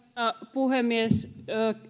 puhemies